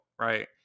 right